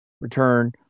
return